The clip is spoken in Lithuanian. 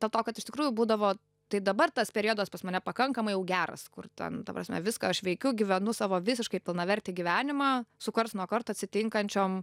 dėl to kad iš tikrųjų būdavo tai dabar tas periodas pas mane pakankamai jau geras kur ten ta prasme viską aš veikiu gyvenu savo visiškai pilnavertį gyvenimą su karts nuo karto atitinkančiom